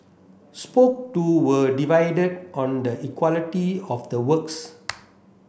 spoke to were divided on the equality of the works